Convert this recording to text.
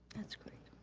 that's great.